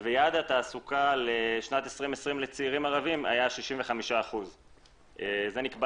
יעד התעסוקה לשנת 2020 לצעירים ערבים היה 65%. זה נקבע